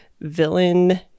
villain